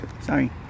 Sorry